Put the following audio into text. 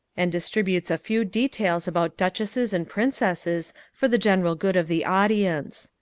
and distributes a few details about duchesses and princesses, for the general good of the audience.